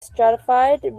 stratified